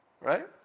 right